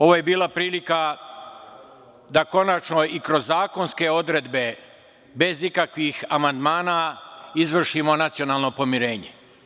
Ovo je bila prilika da konačno i kroz zakonske odredbe, bez ikakvih amandmana izvršimo nacionalno pomirenje.